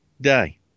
day